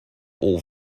all